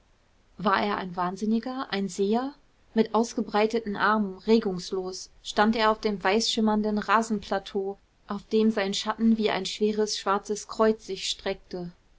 war er ein wahnsinniger ein seher mit ausgebreiteten armen regungslos stand er auf dem weißschimmernden rasenplateau auf dem sein schatten wie ein schweres schwarzes kreuz sich streckte